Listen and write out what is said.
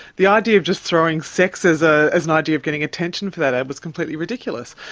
the idea of just throwing sex as ah as an idea of getting attention for that ad was completely ridiculous.